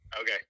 Okay